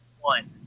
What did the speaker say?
One